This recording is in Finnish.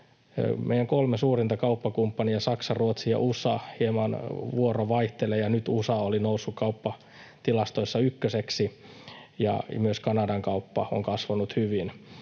Meidän kolme suurinta kauppakumppaniamme ovat Saksa, Ruotsi ja USA — hieman vuoro vaihtelee, ja nyt USA oli noussut kauppatilastoissa ykköseksi — ja myös Kanadan kauppa on kasvanut hyvin.